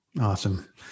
awesome